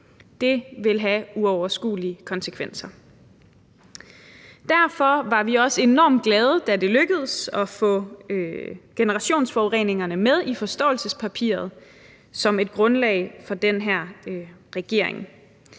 Det vil have uoverskuelige konsekvenser. Derfor var vi også enormt glade, da det lykkedes at få generationsforureningerne med i forståelsespapiret som et grundlag for den her regering.